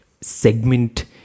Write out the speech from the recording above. segment